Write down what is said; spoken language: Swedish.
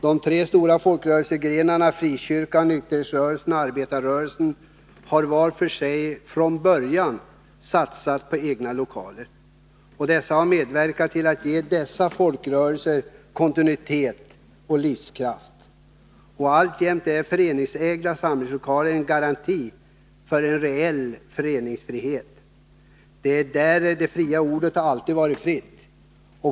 De tre stora folkrörelsegrenarna —- frikyrkan, nykterhetsrörelsen och arbetarrörelsen — har var för sig från början satsat på egna lokaler. Dessa har medverkat till att ge dessa folkrörelser kontinuitet och livskraft. Alltjämt är föreningsägda samlingslokaler en garanti för en reell föreningsfrihet. Där har ordet alltid varit fritt.